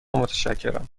متشکرم